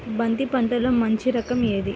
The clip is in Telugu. బంతి పంటలో మంచి రకం ఏది?